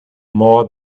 more